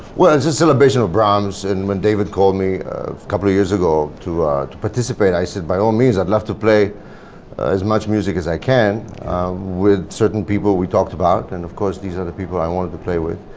well it's a celebration of brahms and when david called me a couple of years ago to participate i said by all means i'd love to play as much music as i can with certain people we talked about and of course these are the people i wanted to play with.